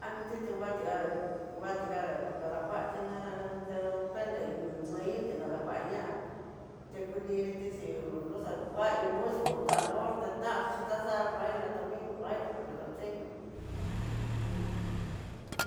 Anoti it nguatiga nguatiga, dadakuati ná kennré inió dueñoté nradakuaña, te kudiniti xhí no xa kua iin musico un tambor, tenati xhi taxa baila tambien baila por que lo enseña uno sí.